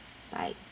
bye